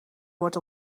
wordt